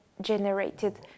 generated